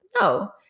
No